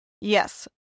Yes